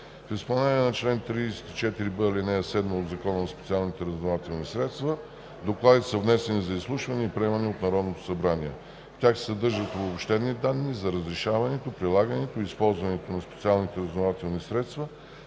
В изпълнение на чл. 34б, ал. 7 от Закона за специалните разузнавателни средства (ЗСРС) докладите са внесени за изслушване и приемане от Народното събрание. В тях се съдържат обобщени данни за разрешаването, прилагането и използването на специалните разузнавателни средства,